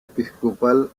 episcopal